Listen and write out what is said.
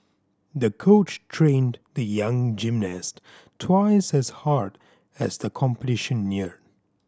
the coach trained the young gymnast twice as hard as the competition neared